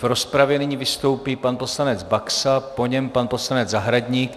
V rozpravě nyní vystoupí pan poslanec Baxa, po něm pan poslanec Zahradník.